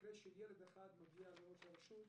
מקרה של ילד אחד מגיע לראש הרשות,